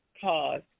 cause